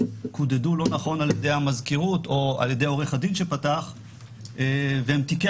קודדו לא נכון ע"י המזכירות או ע"י עורך הדין שפתח והם תיקי